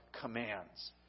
commands